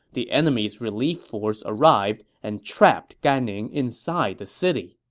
the enemy's relief force arrived and trapped gan ning inside the city